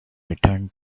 returned